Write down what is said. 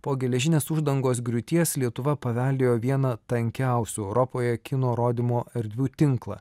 po geležinės uždangos griūties lietuva paveldėjo vieną tankiausių europoje kino rodymo erdvių tinklą